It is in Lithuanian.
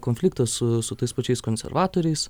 konfliktas su su tais pačiais konservatoriais